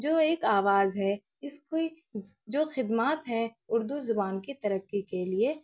جو ایک آواز ہے اس کی جو خدمات ہیں اردو زبان کی ترقی کے لیے